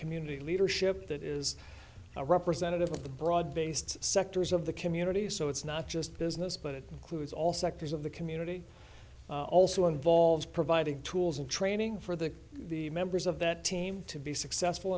community leadership that is representative of the broad based sectors of the community so it's not just business but it clues all sectors of the community also involved providing tools and training for the the members of that team to be successful